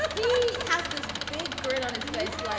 he has this big grin on his face. like